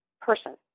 Person